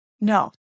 No